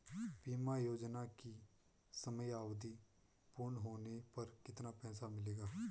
बीमा योजना की समयावधि पूर्ण होने पर कितना पैसा मिलेगा?